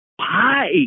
hi